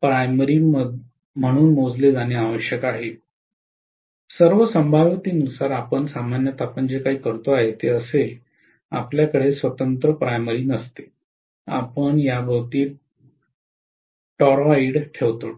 primary म्हणून मोजले जाणे आवश्यक आहे सर्व संभाव्यतेनुसार आणि आपण सामान्यतः आपण जे करतो ते असे आपल्याकडे स्वतंत्र प्राइमरी नसते आपण याभोवती टॉरॉईड ठेवतो